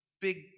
big